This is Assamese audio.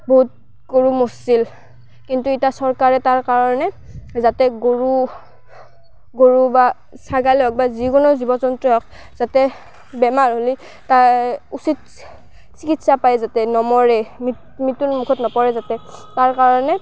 বহুত গৰু মৰছিল কিন্তু এতিয়া চৰকাৰে তাৰ কাৰণে যাতে গৰু গৰু বা ছাগালে হওক বা যিকোনো জীৱ জন্তুৱেই হওক যাতে বেমাৰ হ'লে তাৰ উচিত চিকিৎসা পায় যাতে নমৰে মিত মৃত্যু মুখত নপৰে যাতে তাৰ কাৰণে